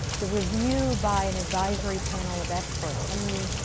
the review by an advisory panel of experts, i mean,